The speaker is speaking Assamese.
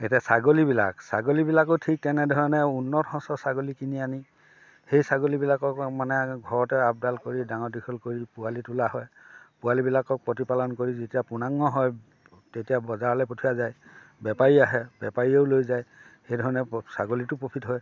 এতিয়া ছাগলীবিলাক ছাগলীবিলাকো ঠিক তেনেধৰণে উন্নত সঁচৰ ছাগলী কিনি আনি সেই ছাগলীবিলাকক মানে ঘৰতে আপদাল কৰি ডাঙৰ দীঘল কৰি পোৱালি তোলা হয় পোৱালিবিলাকক প্ৰতিপালন কৰি যেতিয়া পূৰ্ণাংগ হয় তেতিয়া বজাৰলৈ পঠোৱা যায় বেপাৰী আহে বেপাৰীয়েও লৈ যায় সেই ধৰণে প ছাগলীতো প্ৰফিট হয়